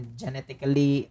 genetically